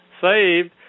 saved